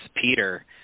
Peter